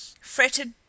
fretted